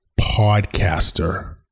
podcaster